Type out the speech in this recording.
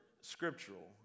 scriptural